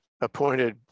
appointed